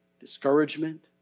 discouragement